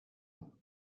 you